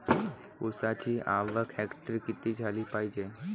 ऊसाची आवक हेक्टरी किती झाली पायजे?